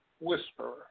whisperer